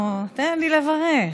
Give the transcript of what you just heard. אנחנו, תן לי לברך.